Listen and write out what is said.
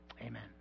Amen